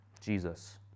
Jesus